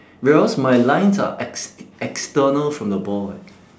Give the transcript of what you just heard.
whereas my lines are ex~ external from the ball eh